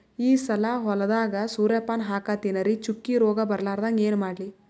ಈ ಸಲ ಹೊಲದಾಗ ಸೂರ್ಯಪಾನ ಹಾಕತಿನರಿ, ಚುಕ್ಕಿ ರೋಗ ಬರಲಾರದಂಗ ಏನ ಮಾಡ್ಲಿ?